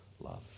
love